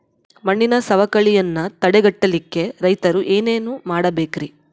ಮಣ್ಣಿನ ಸವಕಳಿಯನ್ನ ತಡೆಗಟ್ಟಲಿಕ್ಕೆ ರೈತರು ಏನೇನು ಮಾಡಬೇಕರಿ?